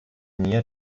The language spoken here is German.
mir